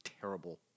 terrible